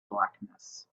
blackness